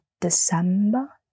December